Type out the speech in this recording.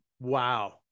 Wow